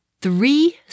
three